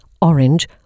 orange